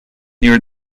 near